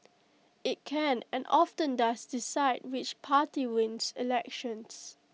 IT can and often does decide which party wins elections